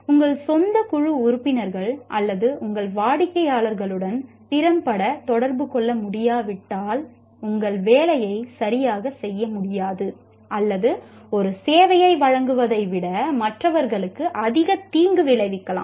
உங்கள் சொந்த குழு உறுப்பினர்கள் அல்லது உங்கள் வாடிக்கையாளர்களுடன் திறம்பட தொடர்பு கொள்ள முடியாவிட்டால் உங்கள் வேலையைச் சரியாகச் செய்ய முடியாது அல்லது ஒரு சேவையை வழங்குவதை விட மற்றவர்களுக்கு அதிக தீங்கு விளைவிக்கலாம்